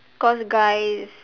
cause guys